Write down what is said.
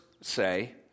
say